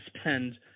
spend